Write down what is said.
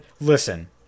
listen